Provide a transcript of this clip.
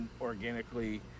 organically